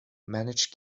managed